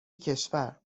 کشور